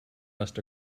must